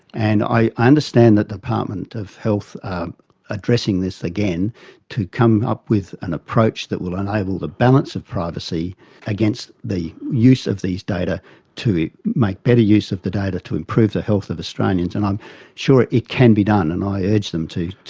and i understand that the department of health are addressing this again to come up with an approach that will enable the balance of privacy against the use of these data to make better use of the data to improve the health of australians, and i'm sure it can be done and i urge them to,